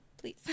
please